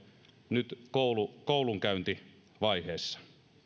nyt koulunkäyntivaiheessa